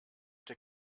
der